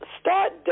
start